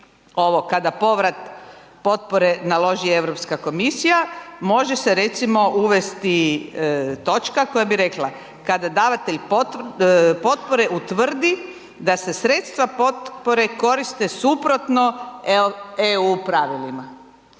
ovo kada povrat potpore naloži Europska komisija može se recimo uvesti točka koja bi rekla: „Kada davatelj potpore utvrdi da se sredstva potpore koriste suprotno EU pravilima.“